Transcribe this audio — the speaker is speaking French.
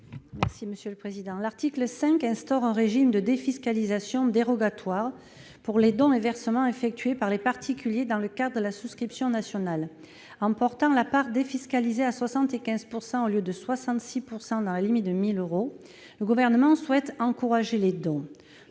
L'article 5 instaure un régime de défiscalisation dérogatoire pour les dons et versements effectués par les particuliers dans le cadre de la souscription nationale. En portant la part défiscalisée de 66 % à 75 %, dans la limite de 1 000 euros, le Gouvernement souhaite encourager les dons.